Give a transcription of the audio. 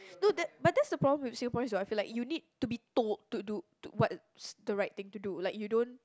no the but that's the problem with Singaporeans I feel like you need to be told to do what is the right thing to do like you don't